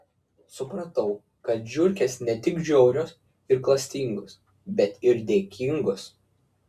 supratau kad žiurkės ne tik žiaurios ir klastingos bet ir dėkingos